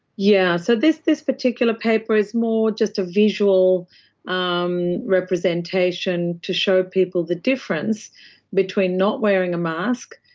yeah so this this particular paper is more just a visual um representation to show people the difference between not wearing a mask,